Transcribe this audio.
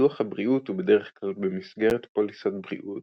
ביטוח הבריאות הוא בדרך כלל במסגרת פוליסת בריאות,